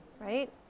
right